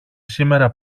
σήμερα